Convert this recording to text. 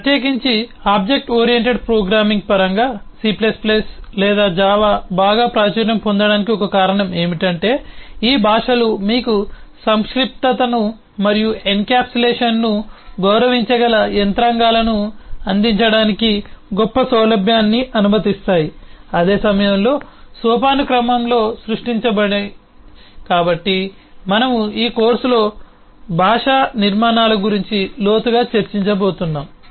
ప్రత్యేకించి object oriented programming పరంగా C లేదా జావా బాగా ప్రాచుర్యం పొందటానికి ఒక కారణం ఏమిటంటే ఈ భాషలు మీకు సంక్షిప్తతను మరియు ఎన్కప్సులేషన్ను గౌరవించగల యంత్రాంగాలను అందించడానికి గొప్ప సౌలభ్యాన్ని అనుమతిస్తాయి అదే సమయంలో సోపానక్రమాలను సృష్టించండి కాబట్టి మనము ఈ కోర్సులో భాషా నిర్మాణాల గురించి లోతుగా చర్చించబోతున్నాము